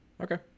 Okay